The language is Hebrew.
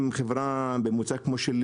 אם חברה בממוצע כמו שלי,